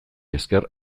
esker